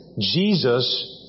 Jesus